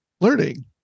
learning